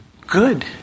Good